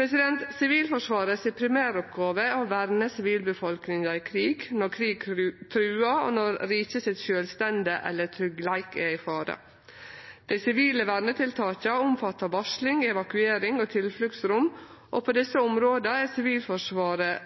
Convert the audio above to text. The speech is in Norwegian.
Sivilforsvarets primæroppgåve er å verne sivilbefolkninga i krig, når krig truar, og når riket sitt sjølvstende eller tryggleik er i fare. Dei sivile vernetiltaka omfattar varsling, evakuering og tilfluktsrom, og på desse områda er Sivilforsvaret